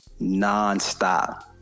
nonstop